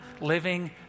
living